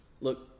Look